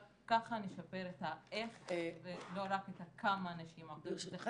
רק ככה נשפר את האיך ולא רק את הכמה נשים -- ברשותכם,